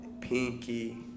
Pinky